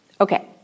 Okay